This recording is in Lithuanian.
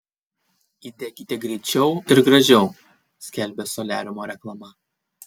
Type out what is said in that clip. įdekite greičiau ir gražiau skelbia soliariumo reklama